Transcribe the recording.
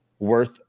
worth